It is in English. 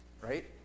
right